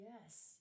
Yes